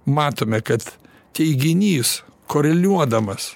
matome kad teiginys koreliuodamas